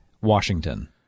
Washington